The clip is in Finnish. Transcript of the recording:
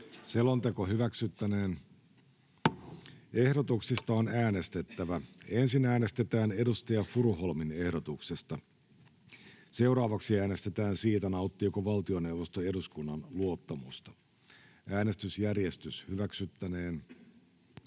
Content: Ehdotuksista on äänestettävä. Ensin äänestetään edustaja Furuholmin ehdotuksesta. Seuraavaksi äänestetään siitä, nauttiiko valtioneuvosto eduskunnan luottamusta. [Speech 3] Speaker: